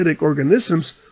organisms